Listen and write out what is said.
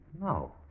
No